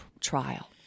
trial